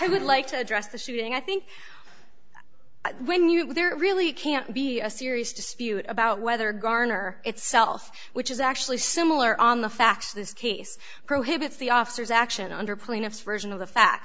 i would like to address the shooting i think when you go there really can't be a serious dispute about whether garner itself which is actually similar on the facts of this case prohibits the officers action under plaintiff's version of the fact